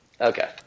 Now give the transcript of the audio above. Okay